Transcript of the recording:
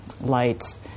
lights